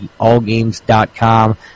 allgames.com